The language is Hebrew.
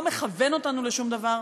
לא מכוון אותנו לשום דבר.